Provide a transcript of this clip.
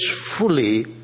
fully